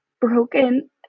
broken